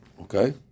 Okay